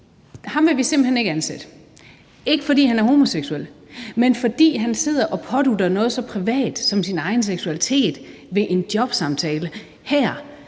ham vil de simpelt hen ikke ansætte, ikke fordi han er homoseksuel, men fordi han sidder og pådutter dem viden om noget, der er så privat som hans egen seksualitet, i en jobsamtale.